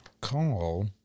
call